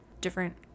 different